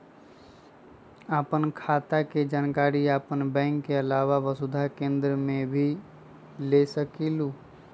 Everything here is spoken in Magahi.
आपन खाता के जानकारी आपन बैंक के आलावा वसुधा केन्द्र से भी ले सकेलु?